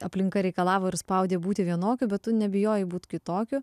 aplinka reikalavo ir spaudė būti vienokiu bet tu nebijojai būt kitokiu